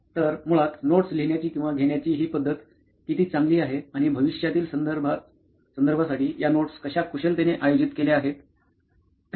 तर मुळात नोट्स लिहिण्याची किंवा घेण्याची ही पद्धत किती चांगली आहे आणि भविष्यातील संदर्भासाठी या नोट्स कशा कुशलतेने आयोजित केल्या आहेत